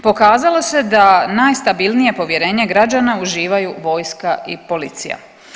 Pokazalo se da najstabilnije povjerenje građana uživaju vojska i policija.